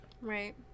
Right